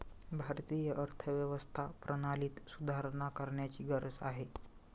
भारतीय अर्थव्यवस्था प्रणालीत सुधारणा करण्याची गरज आहे